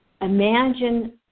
Imagine